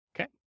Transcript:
okay